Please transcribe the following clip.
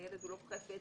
הילד הוא לא חפץ,